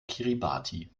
kiribati